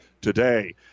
today